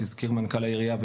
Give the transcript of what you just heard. הזכיר מנכ״ל העירייה,